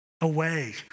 away